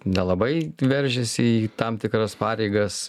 nelabai veržiasi į tam tikras pareigas